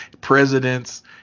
presidents